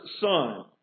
son